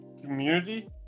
community